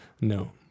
no